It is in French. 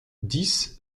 dix